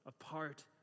apart